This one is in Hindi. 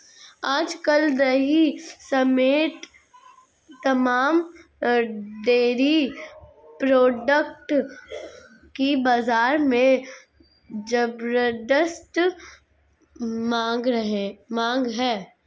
आज कल दही समेत तमाम डेरी प्रोडक्ट की बाजार में ज़बरदस्त मांग है